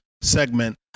segment